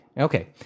Okay